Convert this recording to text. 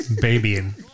babying